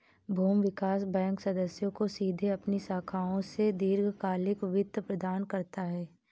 भूमि विकास बैंक सदस्यों को सीधे अपनी शाखाओं से दीर्घकालिक वित्त प्रदान करता है